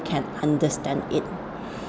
can understand it